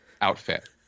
outfit